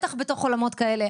בטח בתוך עולמות כאלה.